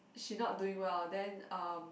she not doing well then uh